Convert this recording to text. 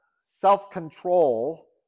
self-control